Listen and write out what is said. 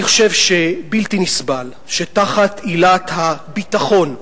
אני חושב שבלתי נסבל שתחת עילת הביטחון,